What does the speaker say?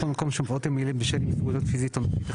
בכל מקום שמופיעות המילים 'בשל אי מסוגלות פיזית או נפשית',